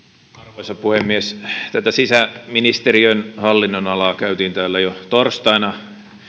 arvoisa puhemies tätä sisäministeriön hallinnonalaa käytiin täällä jo torstaina